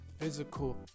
Physical